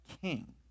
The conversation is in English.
king